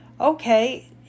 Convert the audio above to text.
okay